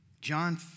John